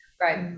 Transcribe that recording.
right